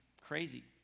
crazy